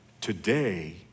today